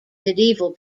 medieval